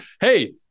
hey